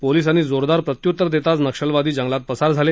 पोलिसांनी जोरदार प्रत्युत्तर देताच नक्षली जंगलात पसार झाले